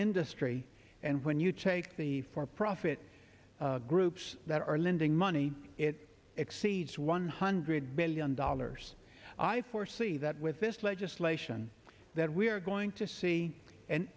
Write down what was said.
industry and when you take the for profit groups that are lending money it exceeds one hundred billion dollars i foresee that with this legislation that we are going to see an